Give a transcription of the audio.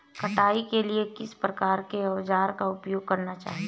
कटाई के लिए किस प्रकार के औज़ारों का उपयोग करना चाहिए?